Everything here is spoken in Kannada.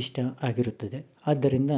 ಇಷ್ಟ ಆಗಿರುತ್ತದೆ ಆದ್ದರಿಂದ